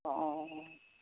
অ